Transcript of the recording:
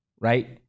right